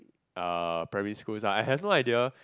uh primary schools ah I have no idea